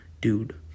dude